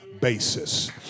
basis